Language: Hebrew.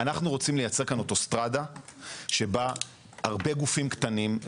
אנחנו רוצים לייצר כאן אוטוסטרדה שבה הרבה גופים קטנים,